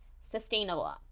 sustainable